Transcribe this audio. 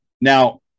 Now